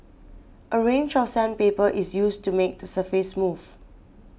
a range of sandpaper is used to make the surface smooth